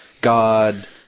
God